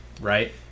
Right